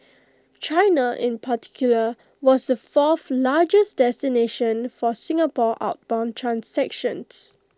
China in particular was the fourth largest destination for Singapore outbound transactions